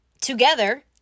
together